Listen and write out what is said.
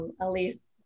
Elise